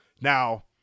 Now